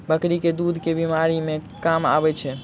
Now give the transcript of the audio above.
बकरी केँ दुध केँ बीमारी मे काम आबै छै?